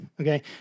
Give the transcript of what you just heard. Okay